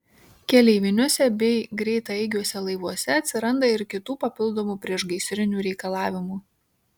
keleiviniuose bei greitaeigiuose laivuose atsiranda ir kitų papildomų priešgaisrinių reikalavimų